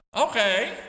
okay